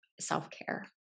self-care